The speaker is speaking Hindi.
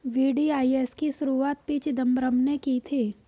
वी.डी.आई.एस की शुरुआत पी चिदंबरम ने की थी